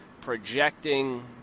projecting